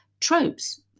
tropes